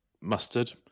mustard